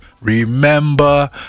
Remember